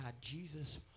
Jesus